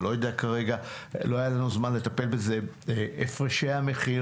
אני לא יודע כרגע לא היה לנו זמן לטפל בזה הפרשי המחיר,